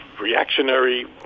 reactionary